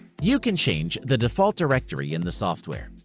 you can change the default directory in the software.